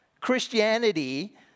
Christianity